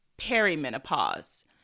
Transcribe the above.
perimenopause